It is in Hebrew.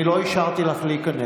אני לא אישרתי לך להיכנס.